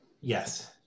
Yes